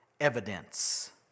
evidence